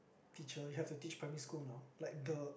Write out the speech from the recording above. teacher you have to teach primary school now like the